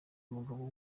umugabo